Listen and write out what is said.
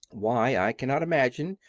why, i cannot imagine,